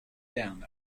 down